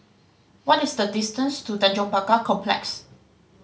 what is the distance to Tanjong Pagar Complex